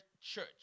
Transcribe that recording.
church